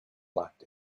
locked